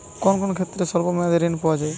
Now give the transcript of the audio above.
কোন কোন ক্ষেত্রে স্বল্প মেয়াদি ঋণ পাওয়া যায়?